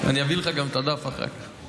אני אתן לך גם את הדף אחר כך.